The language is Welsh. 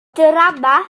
drama